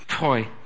boy